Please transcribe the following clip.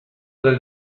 del